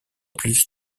plus